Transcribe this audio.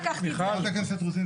חברת הכנסת רוזין,